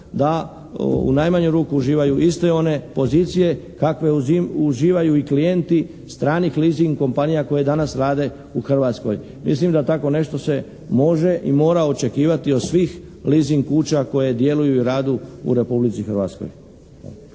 da u najmanju ruku uživaju iste one pozicije kakve uživaju i klijenti stranih leasing kompanija koje danas rade u Hrvatskoj. Mislim da tako nešto se može i mora očekivati od svih leasing kuća koje djeluju i rade u Republici Hrvatskoj.